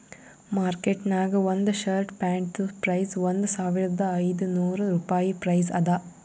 market ನಾಗ್ ಒಂದ್ shirt ಪ್ಯಾಂಟ್ದು ಪ್ರೈಸ್ ಒಂದ್ ಸಾವಿರದ ಐದ ನೋರ್ ರುಪಾಯಿ ಪ್ರೈಸ್ ಅದಾ